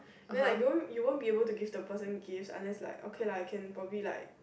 then you wouldn't you wouldn't be able to give the person gives unless like okay lah you can probably like